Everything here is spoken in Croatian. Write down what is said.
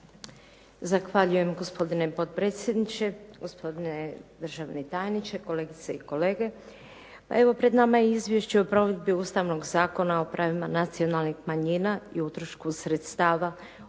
Zahvaljujem gospodine potpredsjedniče, gospodine državni tajniče, kolegice i kolege. Evo pred nama je Izvješće o provedbi ustavnog zakona o pravima nacionalnih manjina i utrošku sredstava